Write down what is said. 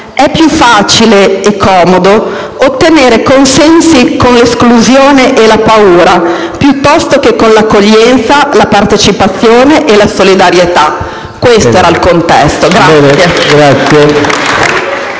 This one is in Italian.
è più facile (e comodo) ottenere consensi con l'esclusione e la paura piuttosto che con l'accoglienza, la partecipazione e la solidarietà». Questo era il contesto.